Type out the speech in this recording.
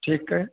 ठीकु आहे